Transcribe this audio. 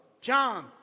john